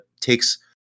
takes